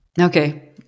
Okay